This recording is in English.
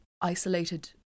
isolated